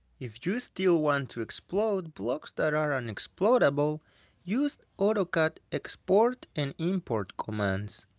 if you still want to explode blocks that are un-explodable use autocad export and import commands.